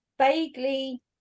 vaguely